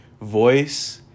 voice